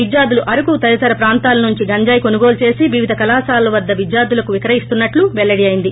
విద్యార్ధులు అరకు తదితర ప్రాంతాల నుంచి గంజాయి గంజాయి కొనుగోలు చేసివివిధ కళాశాలల వద్దో విద్యార్దులకు విక్రయిస్తున్నట్లు వెల్లడయ్యింది